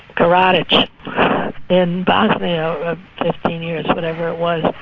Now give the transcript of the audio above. karadzic in bosnia fifteen years, whatever it was,